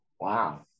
Wow